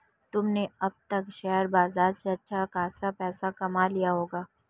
तुमने अब तक शेयर बाजार से अच्छा खासा पैसा कमा लिया होगा